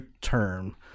term